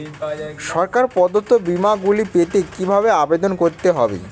সরকার প্রদত্ত বিমা গুলি পেতে কিভাবে আবেদন করতে হবে?